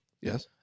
yes